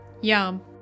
Yum